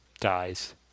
dies